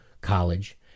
college